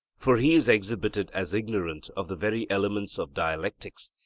for he is exhibited as ignorant of the very elements of dialectics,